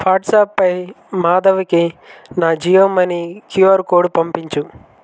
WhatsApp పై మాధవకి నా జియో మనీ క్యూఆర్ కోడ్ పంపించు